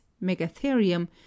megatherium